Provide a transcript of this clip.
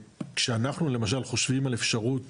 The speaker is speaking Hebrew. שאנחנו למשל, חושבים על אפשרות